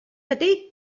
ydy